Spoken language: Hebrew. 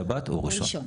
שבת או ראשון.